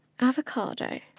avocado